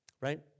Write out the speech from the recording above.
Right